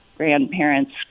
grandparents